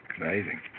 Amazing